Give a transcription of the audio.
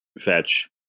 fetch